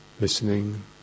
listening